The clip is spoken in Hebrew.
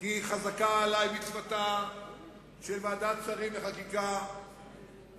כי חזקה עלי מצוותה של ועדת שרים לחקיקה,